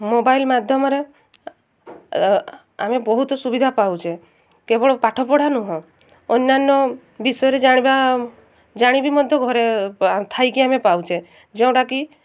mobile ମାଧ୍ୟମରେ ଆମେ ବହୁତ ସୁବିଧା ପାଉଛେ କେବଳ ପାଠ ପଢ଼ା ନୁହଁ ଅନ୍ୟାନ୍ୟ ବିଷୟରେ ଜାଣିବା ଜାଣିବି ମଧ୍ୟ ଘରେ ଥାଇକି ଆମେ ପାଉଛେ ଯେଉଁଟାକି